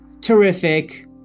terrific